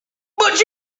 but